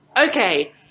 okay